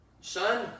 son